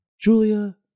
Julia